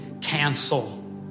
cancel